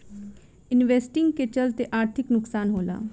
investing के चलते आर्थिक नुकसान होला